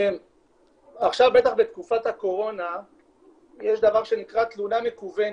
עכשיו בטח בתקופת הקורונה יש דבר שנקרא תלונה מקוונת.